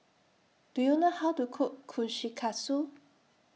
Do YOU know How to Cook Kushikatsu